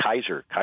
Kaiser